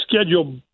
schedule